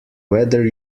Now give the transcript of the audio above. whether